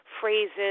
phrases